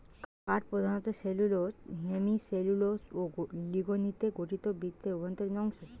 কাঠ প্রধানত cellulose, hemicellulose ও লিগনিনে গঠিত বৃক্ষের অভ্যন্তরীণ অংশ